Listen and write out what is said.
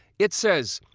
it says.